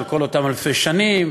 של כל אותן אלפי שנים,